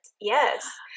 Yes